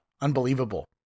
unbelievable